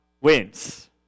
wins